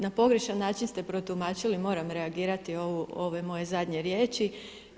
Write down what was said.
Na pogrešan način ste protumačili, moram reagirati ove moje zadnje riječi.